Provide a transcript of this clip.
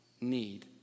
need